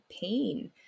pain